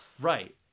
right